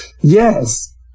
yes